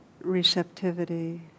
receptivity